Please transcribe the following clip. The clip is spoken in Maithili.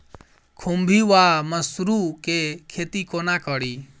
खुम्भी वा मसरू केँ खेती कोना कड़ी?